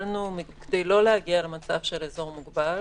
כדי לא להגיע למצב של אזור מוגבל